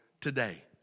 today